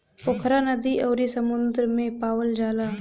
पोखरा नदी अउरी समुंदर में पावल जाला